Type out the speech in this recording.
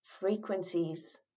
frequencies